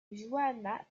johanna